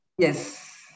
Yes